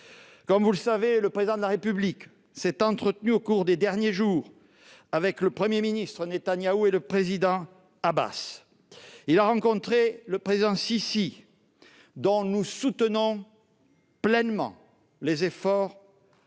Comme vous le savez, le Président de la République s'est entretenu au cours des derniers jours avec le Premier ministre Netanyahou et le Président Abbas. Il a rencontré le Président Sissi, dont nous soutenons pleinement les efforts de médiation.